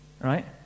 Right